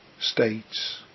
states